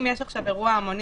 אם יש עכשיו אירוע המוני,